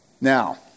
Now